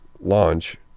launch